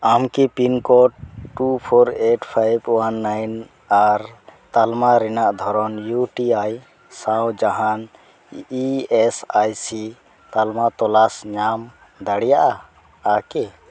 ᱟᱢ ᱠᱤ pin code two four eight five one nine ᱟᱨ ᱛᱟᱞᱢᱟ ᱨᱮᱱᱟᱜ ᱫᱷᱚᱨᱚᱱ ᱤᱭᱩ ᱴᱤ ᱟᱭ ᱥᱟᱶ ᱡᱟᱦᱟᱱ ᱤ ᱮᱹᱥ ᱟᱭ ᱥᱤ ᱛᱟᱞᱢᱟ ᱛᱚᱞᱟᱥ ᱧᱟᱢ ᱫᱟᱲᱮᱭᱟᱜᱼᱟ ᱟᱨ ᱠᱤ